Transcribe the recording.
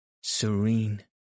serene